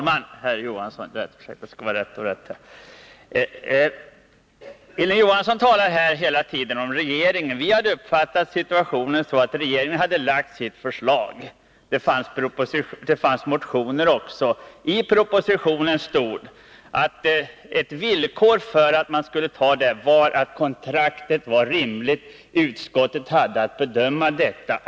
Fru talman! I propositionen står det att ett villkor för att man skall säga ja till JAS var att kontraktet var rimligt. Utskottet hade att bedöma detta.